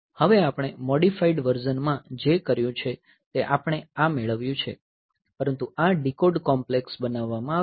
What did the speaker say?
હવે આપણે modified version માં જે કર્યું છે તે આપણે આ મેળવ્યું છે પરંતુ આ ડીકોડ કોમ્પ્લેક્સ બનાવવામાં આવ્યું છે